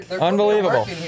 Unbelievable